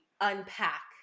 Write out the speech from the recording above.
unpack